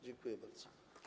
Dziękuję bardzo.